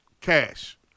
Cash